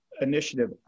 initiative